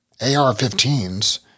AR-15s